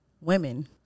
women